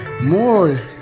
More